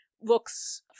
looks